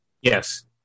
Yes